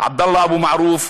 עבדאללה אבו מערוף,